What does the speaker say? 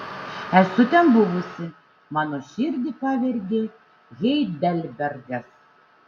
esu ten buvusi mano širdį pavergė heidelbergas